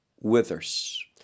withers